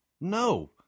No